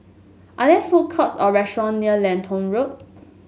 are there food courts or restaurants near Lentor Road